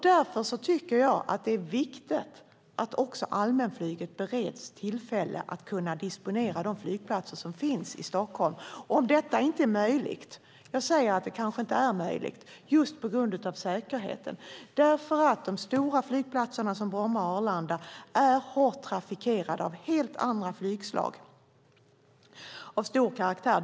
Därför tycker jag att det är viktigt att också allmänflyget bereds möjlighet att disponera de flygplatser som finns i Stockholm. Det kanske inte är möjligt just av säkerhetsskäl, eftersom de stora flygplatserna Bromma och Arlanda har en omfattande trafik av helt andra flygslag.